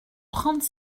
trente